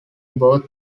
both